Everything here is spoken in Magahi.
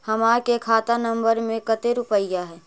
हमार के खाता नंबर में कते रूपैया है?